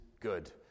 good